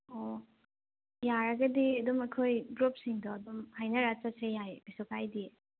ꯑꯣ ꯌꯥꯔꯒꯗꯤ ꯑꯗꯨꯝ ꯑꯩꯈꯣꯏ ꯒ꯭꯭ꯔꯨꯞꯁꯤꯡꯗꯣ ꯑꯗꯨꯝ ꯍꯥꯏꯅꯔꯒ ꯆꯠꯁꯦ ꯌꯥꯏꯌꯦ ꯀꯩꯁꯨ ꯀꯥꯏꯗꯤꯌꯦ